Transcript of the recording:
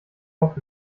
auch